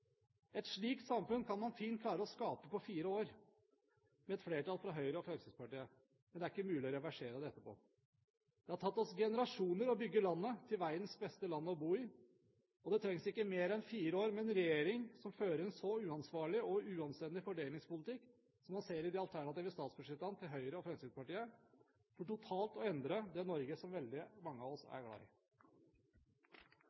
Et slikt samfunn kan man fint klare å skape på fire år med et flertall fra Høyre og Fremskrittspartiet, men det er ikke mulig å reversere det etterpå. Det har tatt oss generasjoner å bygge landet til verdens beste land å bo i, og det trengs ikke mer enn fire år med en regjering som fører en så uansvarlig og uanstendig fordelingspolitikk som man ser i de alternative statsbudsjettene til Høyre og Fremskrittspartiet, for totalt å endre det Norge som veldig mange av oss